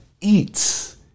eats